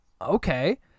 okay